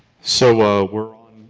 so ah we're